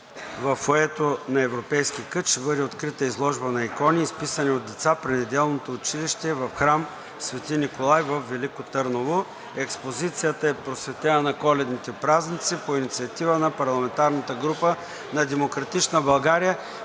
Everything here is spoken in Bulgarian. Във фоайето на Европейски кът ще бъде открита изложба на икони, изписани от деца при неделното училище в храм „Св. Николай“ във Велико Търново. Експозицията е посветена на коледните празници по инициатива на парламентарната група на „Демократична България“.